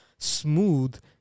smooth